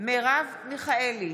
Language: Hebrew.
מרב מיכאלי,